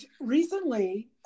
recently